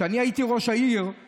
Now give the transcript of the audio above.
כשאני הייתי ראש עיריית